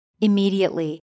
Immediately